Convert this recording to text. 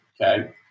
okay